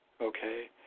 okay